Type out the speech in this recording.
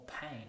pain